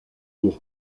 pour